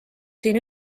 siin